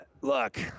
look